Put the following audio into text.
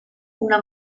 una